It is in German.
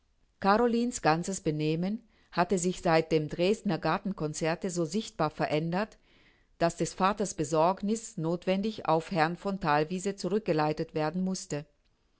carolinens ganzes benehmen hatte sich seit dem dresdner gartenconzerte so sichtbar verändert daß des vaters besorgniß nothwendig auf herrn von thalwiese zurück geleitet werden mußte